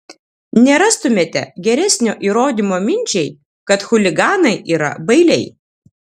nerastumėte geresnio įrodymo minčiai kad chuliganai yra bailiai